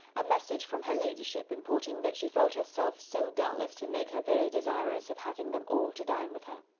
a message from her ladyship, importing that she felt herself so dull as to make her very desirous of having them all to dine with her.